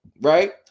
right